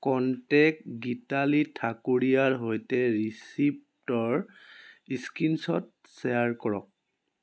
contact Gitali ঠাকুৰীয়াৰ সৈতে ৰিচিপ্টৰ স্ক্ৰীনশ্বট শ্বেয়াৰ কৰক